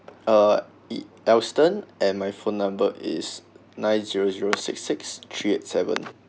uh it alston and my phone number is nine zero zero six six three eight seven